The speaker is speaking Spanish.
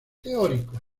teóricos